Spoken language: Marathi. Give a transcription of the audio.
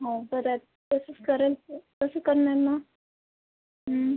हो करायचं तसेच करेन तसेच करणार हो